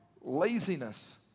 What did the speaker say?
laziness